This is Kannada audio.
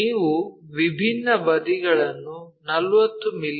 ನೀವು ವಿಭಿನ್ನ ಬದಿಗಳನ್ನು 40 ಮಿ